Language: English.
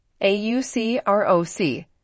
AUCROC